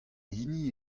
hini